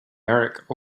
eric